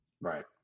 Right